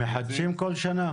מחדשים כל שנה?